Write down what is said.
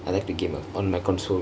I like to game ah on my console